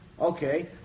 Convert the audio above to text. Okay